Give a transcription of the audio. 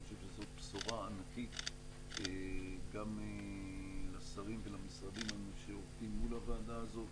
אני חושב שזאת בשורה ענקית גם לשרים ולמשרדים שעובדים מול הוועדה הזאת,